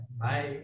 Bye